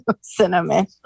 Cinnamon